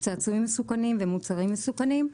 צעצועים מסוכנים ומוצרים מסוכנים.